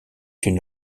une